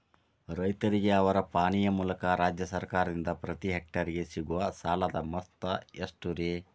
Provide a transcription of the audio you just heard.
ರೈತರಿಗೆ ಅವರ ಪಾಣಿಯ ಮೂಲಕ ರಾಜ್ಯ ಸರ್ಕಾರದಿಂದ ಪ್ರತಿ ಹೆಕ್ಟರ್ ಗೆ ಸಿಗುವ ಸಾಲದ ಮೊತ್ತ ಎಷ್ಟು ರೇ?